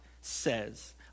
says